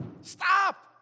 stop